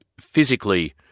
physically